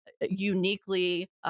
uniquely